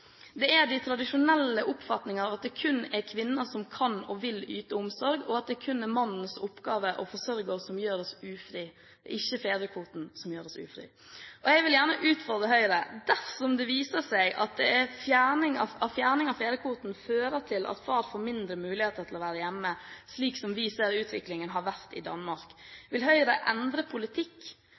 at det kun er kvinner som kan og vil yte omsorg, og at det kun er mannens oppgave å forsørge oss, som gjør oss ufrie – det er ikke fedrekvoten som gjør oss ufrie. Jeg vil gjerne utfordre Høyre: Dersom det viser seg at fjerning av fedrekvoten fører til at far får mindre muligheter til å være hjemme, slik vi ser utviklingen har vært i Danmark, vil Høyre da endre politikk?